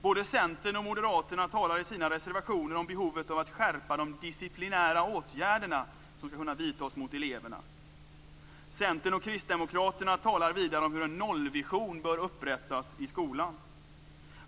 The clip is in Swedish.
Både Centern och Moderaterna skriver i sina reservationer om behovet av att skärpa de disciplinära åtgärder som skall kunna vidtas mot eleverna. Centern och Kristdemokraterna talar vidare om hur en "nollvision" bör upprättas i skolan.